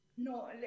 No